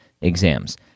exams